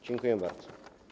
Dziękuję bardzo.